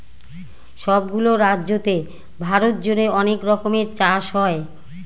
সব গুলো রাজ্যতে ভারত জুড়ে অনেক রকমের চাষ হয়